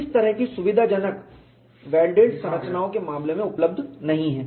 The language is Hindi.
इस तरह की सुविधाजनकता वेल्डेड संरचनाओं के मामले में उपलब्ध नहीं है